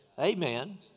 amen